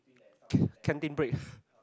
ca~ canteen break